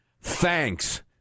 Thanks